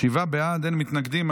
שבעה בעד, אין מתנגדים.